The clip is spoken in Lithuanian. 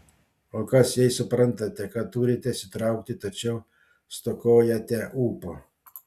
o kas jei suprantate kad turite įsitraukti tačiau stokojate ūpo